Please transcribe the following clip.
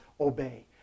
obey